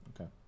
Okay